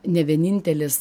ne vienintelis